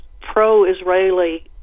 pro-Israeli